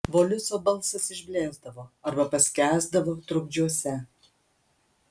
voliso balsas išblėsdavo arba paskęsdavo trukdžiuose